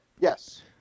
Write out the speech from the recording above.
yes